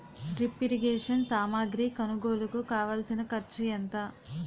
drip irrigation సామాగ్రి కొనుగోలుకు కావాల్సిన ఖర్చు ఎంత